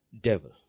devil